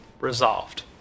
resolved